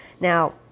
Now